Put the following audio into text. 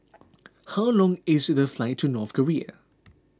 how long is the flight to North Korea